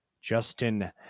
Justin